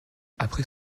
après